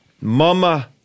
Mama